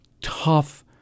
tough